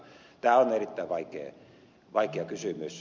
tämä on erittäin vaikea kysymys